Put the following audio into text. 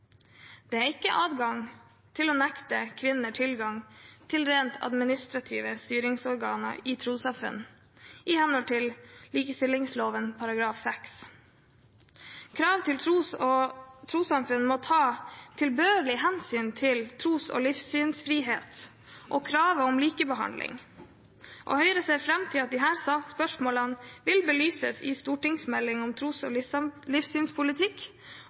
Det er ikke adgang til å nekte kvinner tilgang til rent administrative styringsorganer i trossamfunn, i henhold til likestillingsloven § 6. Krav til trossamfunn må ta tilbørlig hensyn til tros- og livssynsfrihet og kravet om likebehandling, og Høyre ser fram til at disse spørsmålene vil bli belyst i stortingsmeldingen om tros- og livssynspolitikk